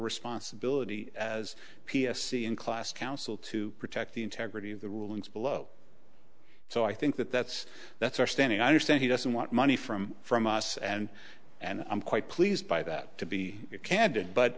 responsibility as p s c in class council to protect the integrity of the rulings below so i think that that's that's our standing i understand he doesn't want money from from us and and i'm quite pleased by that to be candid but